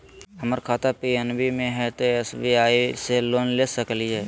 हमर खाता पी.एन.बी मे हय, तो एस.बी.आई से लोन ले सकलिए?